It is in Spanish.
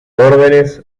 órdenes